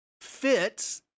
fits